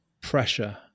pressure